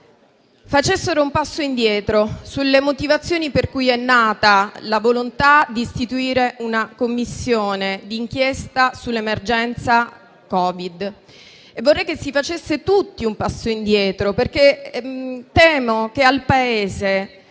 momento un passo indietro sulle motivazioni per cui è nata la volontà di istituire una Commissione di inchiesta sull'emergenza Covid. Vorrei che si facesse tutti un passo indietro perché temo che al Paese,